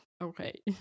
Okay